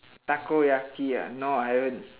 takoyaki ah no I haven't